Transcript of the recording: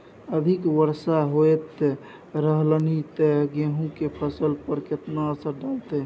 अधिक वर्षा होयत रहलनि ते गेहूँ के फसल पर केतना असर डालतै?